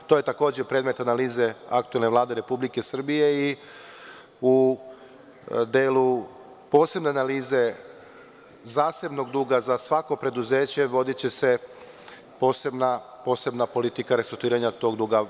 To je takođe predmet analize aktuelne Vlade Republike Srbije i u delu posebne analize zasebnog duga za svako preduzeće, vodiće se posebna politika restrukturiranja tog duga.